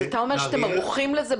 אתה אומר שאתם ערוכים לזה,